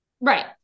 Right